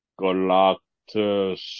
Galactus